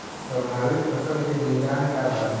प्रभावित फसल के निदान का बा?